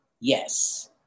yes